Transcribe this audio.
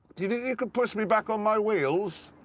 do you think you can push me back on my wheels?